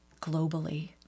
globally